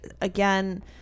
Again